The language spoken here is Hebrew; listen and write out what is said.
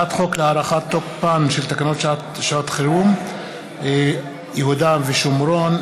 מטעם הממשלה: הצעת חוק להארכת תוקפן של תקנות שעת חירום (יהודה ושומרון,